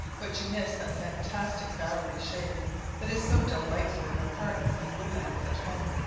but you miss that fantastic bowery shade that is so delightful in our parks and woodlands at home.